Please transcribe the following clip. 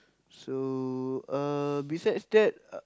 so uh besides that uh